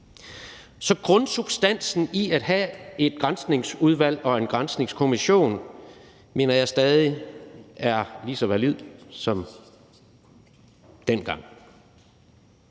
Så grundsubstansen i at have et Granskningsudvalg og en granskningskommission mener jeg stadig er lige så valid som dengang.